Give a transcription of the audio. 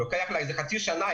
לוקח לה איזה חצי שנה.